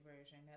version